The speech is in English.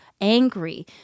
angry